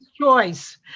choice